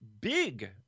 big